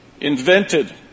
invented